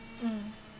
mm